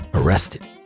arrested